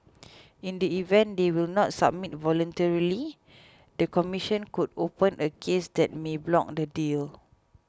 in the event they will not submit voluntarily the commission could open a case that may block the deal